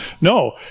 No